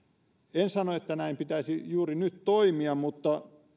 en sano että näin pitäisi juuri nyt toimia mutta